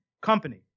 company